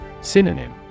Synonym